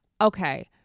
Okay